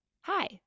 Hi